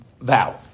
vow